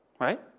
right